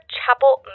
Chapel